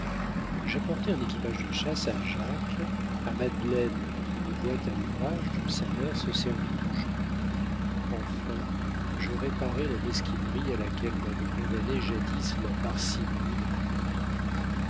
j'apportais un équipage de chasse à jacques à madeleine une boîte à ouvrage dont sa mère se servit toujours enfin je réparai la mesquinerie à laquelle m'avait condamné jadis la parcimonie de ma mère